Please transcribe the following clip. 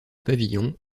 pavillon